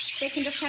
speaking to